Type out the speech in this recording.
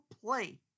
play